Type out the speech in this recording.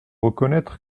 reconnaître